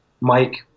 Mike